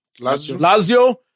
Lazio